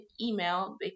email